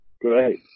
great